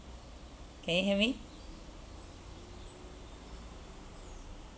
can you hear me